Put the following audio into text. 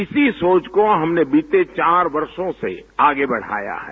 इसी सोच को हमने बीते चार वर्षो से आगे बढ़ाया है